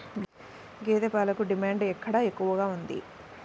గేదె పాలకు డిమాండ్ ఎక్కడ ఎక్కువగా ఉంది?